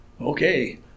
Okay